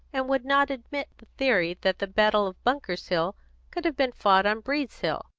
and would not admit the theory that the battle of bunker's hill could have been fought on breed's hill.